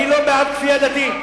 אני לא בעד כפייה דתית.